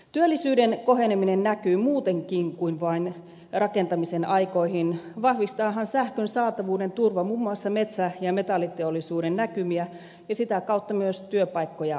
työllisyyden koheneminen näkyy muutenkin kuin vain rakentamisen aikoihin vahvistaahan sähkön saatavuuden turva muun muassa metsä ja metalliteollisuuden näkymiä ja sitä kautta myös työpaikkoja laajemmin